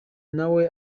nawe